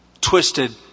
twisted